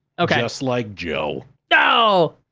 okay. just like joe. no!